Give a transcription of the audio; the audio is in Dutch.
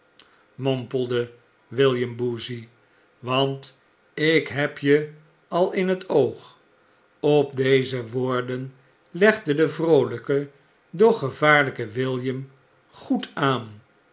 mompelde william boozey want ik heb je al in t oog m op deze wooraen legde de vroolyke doch gevaarlgke william goed aan